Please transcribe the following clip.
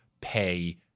pay